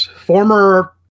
former